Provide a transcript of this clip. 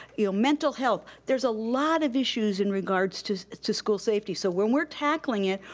you know, mental health. there's a lot of issues in regards to to school safety. so when we're tackling it,